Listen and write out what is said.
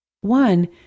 One